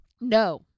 No